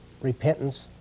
repentance